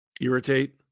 Irritate